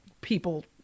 people